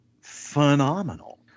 phenomenal